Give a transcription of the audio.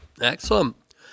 Excellent